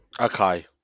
Okay